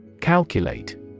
Calculate